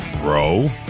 bro